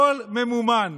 הכול ממומן.